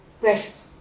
rest